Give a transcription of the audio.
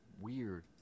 weird